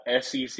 SEC